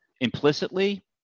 implicitly